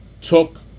Took